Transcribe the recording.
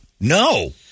No